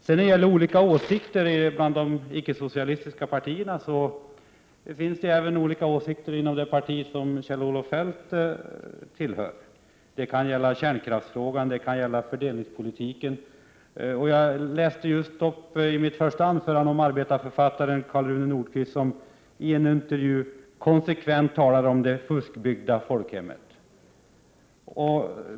När det gäller olika åsikter bland de icke-socialistiska partierna vill jag säga att det även finns olika åsikter inom det parti som Kjell-Olof Feldt tillhör. Det kan gälla kärnkraften och det kan gälla fördelningspolitiken. I mitt första anförande nämnde jag arbetarförfattaren Karl Rune Nordqvist, som i en intervju konsekvent talar om ”det fuskbyggda folkhemmet”.